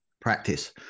practice